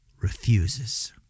refuses